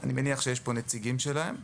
אני מניח שיש פה נציגים שלהם.